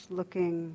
looking